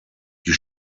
die